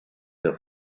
der